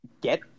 get